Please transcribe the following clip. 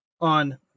on